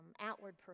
outward